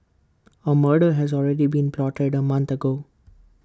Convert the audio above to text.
A murder has already been plotted A month ago